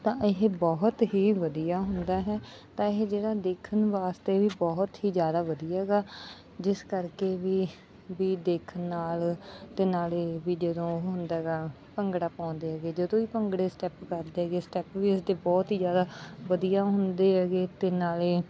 ਤਾਂ ਇਹ ਬਹੁਤ ਹੀ ਵਧੀਆ ਹੁੰਦਾ ਹੈ ਤਾਂ ਇਹ ਜਿਹੜਾ ਦੇਖਣ ਵਾਸਤੇ ਵੀ ਬਹੁਤ ਹੀ ਜ਼ਿਆਦਾ ਵਧੀਆ ਹੈਗਾ ਜਿਸ ਕਰਕੇ ਵੀ ਵੀ ਦੇਖਣ ਨਾਲ ਅਤੇ ਨਾਲੇ ਵੀਡੀਓ ਹੁੰਦਾ ਹੈਗਾ ਭੰਗੜਾ ਪਾਉਂਦੇ ਹੈਗੇ ਜਦੋਂ ਵੀ ਭੰਗੜੇ ਸਟੈਪ ਕਰਦੇ ਹੈਗੇ ਸਟੈਪ ਵੀ ਉਸਦੇ ਬਹੁਤ ਹੀ ਜ਼ਿਆਦਾ ਵਧੀਆ ਹੁੰਦੇ ਹੈਗੇ ਅਤੇ ਨਾਲੇ